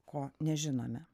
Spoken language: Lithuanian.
ko nežinome